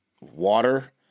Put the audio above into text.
water